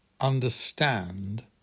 understand